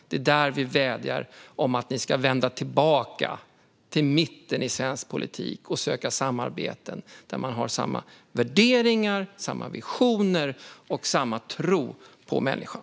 Det är där vi vädjar om att ni ska vända tillbaka till mitten i svensk politik och söka samarbeten där man har samma värderingar, samma visioner och samma tro på människan.